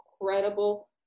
incredible